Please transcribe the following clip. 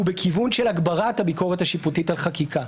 הוא של הגברת הביקורת השיפוטית על חקיקה,